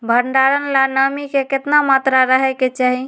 भंडारण ला नामी के केतना मात्रा राहेके चाही?